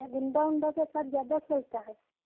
ये गुंडा उन्डा के साथ ज़्यादा खेलता है